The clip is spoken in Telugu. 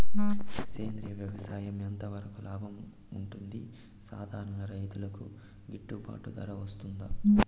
సేంద్రియ వ్యవసాయం ఎంత వరకు లాభంగా ఉంటుంది, సాధారణ రైతుకు గిట్టుబాటు ధర వస్తుందా?